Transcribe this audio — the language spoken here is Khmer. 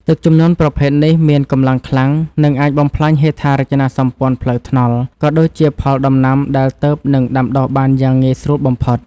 ទឹកជំនន់ប្រភេទនេះមានកម្លាំងខ្លាំង និងអាចបំផ្លាញហេដ្ឋារចនាសម្ព័ន្ធផ្លូវថ្នល់ ក៏ដូចជាផលដំណាំដែលទើបនឹងដាំដុះបានយ៉ាងងាយស្រួលបំផុត។